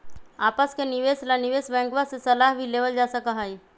आपस के निवेश ला निवेश बैंकवा से सलाह भी लेवल जा सका हई